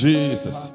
Jesus